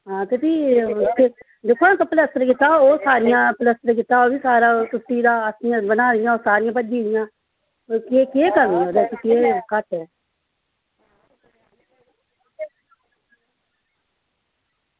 हां ते फ्ही दिक्खो हां प्लस्तर कीता हा सारियां प्लस्तर कीता ओह् बी सारा त्रुट्टी गेदा अस्सियां बनाई दियां ओह् सारियां भज्जी दियां केह् केह् कमी ऐ ओह्दे च केह् घट्ट ऐ